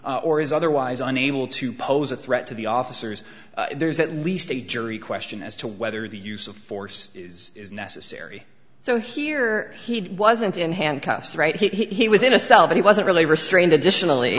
or is otherwise unable to pose a threat to the officers there's at least a jury question as to whether the use of force is necessary so here he wasn't in handcuffs right he was in a cell but he wasn't really restrained additionally